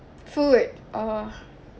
food oh